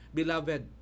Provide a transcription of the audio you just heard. beloved